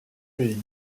pays